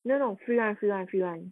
no no free [one] free [one] free [one]